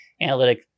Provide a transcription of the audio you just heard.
analytic